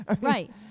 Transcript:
Right